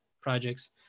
projects